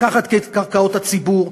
לקחת קרקעות הציבור,